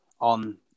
on